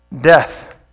death